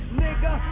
nigga